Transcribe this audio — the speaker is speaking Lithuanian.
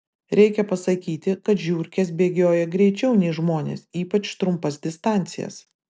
reikia pasakyti kad žiurkės bėgioja greičiau nei žmonės ypač trumpas distancijas